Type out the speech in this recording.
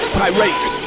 pirates